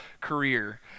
career